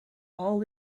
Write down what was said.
all